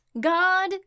God